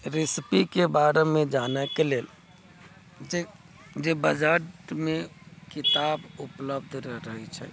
रेसिपीके बारेमे जानयके लेल जे जे बाजारमे किताब उपलब्ध रहै छै